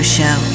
Show